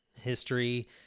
history